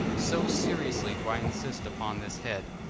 so seriously do i insist upon this head,